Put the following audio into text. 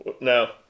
no